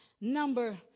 number